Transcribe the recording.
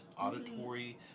Auditory